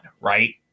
right